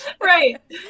right